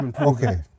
okay